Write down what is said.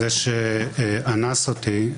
זה שאנס אותי,